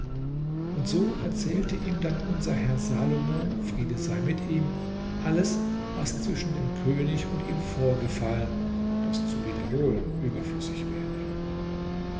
und so erzählte ihm dann unser herr salomo friede sei mit ihm alles was zwischen dem könig und ihm vorgefallen das zu wiederholen überflüssig wäre